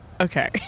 okay